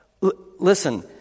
Listen